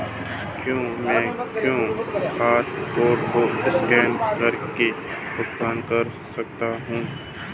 क्या मैं QR code को स्कैन करके भुगतान कर सकता हूं?